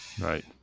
Right